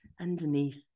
underneath